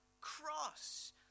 cross